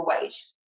wage